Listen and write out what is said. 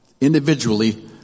Individually